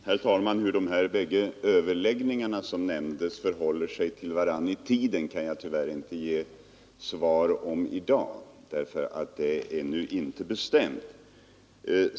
Herr talman! Hur de bägge överläggningarna som nämndes förhåller sig till varandra i tiden kan jag tyvärr inte svara på i dag, därför att det ännu inte är bestämt.